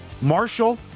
Marshall